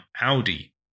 Audi